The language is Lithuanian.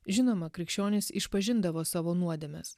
žinoma krikščionys išpažindavo savo nuodėmes